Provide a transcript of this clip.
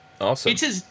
Awesome